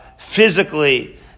physically